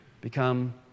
become